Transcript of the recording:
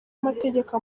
amategeko